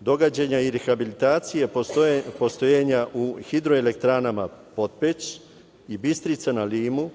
događanja rehabilitacije postojanja u hidroelektranama „Potpeć“ i „Bistrica“ na Limu,